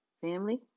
Family